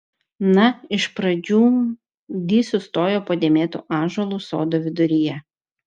na iš pradžių di sustojo po dėmėtu ąžuolu sodo viduryje